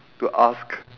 to ask